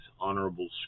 Honorable